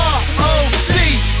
R-O-C